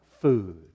food